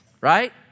right